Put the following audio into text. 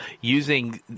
Using